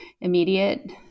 immediate